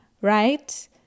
right